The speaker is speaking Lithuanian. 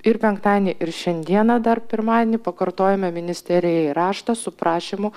ir penktadienį ir šiandieną dar pirmadienį pakartojome ministerijai raštą su prašymu